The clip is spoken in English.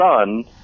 son